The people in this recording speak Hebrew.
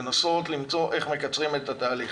לנסות למצוא איך מקצרים את התהליך.